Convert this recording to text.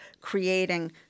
creating